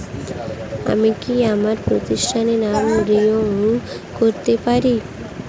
আমি কি আমার প্রতিষ্ঠানের নামে ঋণ পেতে পারি?